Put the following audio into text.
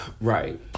right